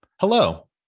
hello